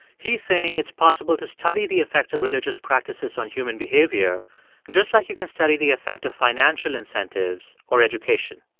he's saying it's possible to study the effects of religious practices on human behavior just like you can study the effect of financial incentives or education